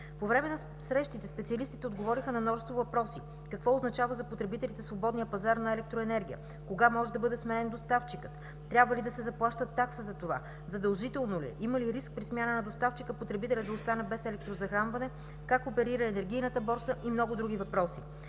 По време на срещите специалистите отговориха на множество въпроси: какво означава за потребителите свободният пазар на електроенергия; кога може да бъде сменен доставчикът; трябва ли да се заплаща такса за това; задължително ли е, има ли риск при смяна на доставчика потребителят да остане без електрозахранване; как оперира енергийната борса и много други въпроси?